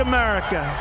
America